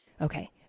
Okay